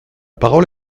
parole